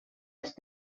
ist